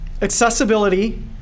Accessibility